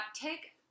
Take